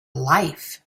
life